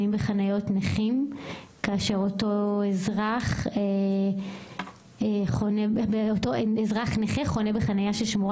בחניות נכים כאשר אותו אזרח נכה חונה בחניה ששמורה